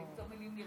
למצוא מילים נרדפות.